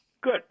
Good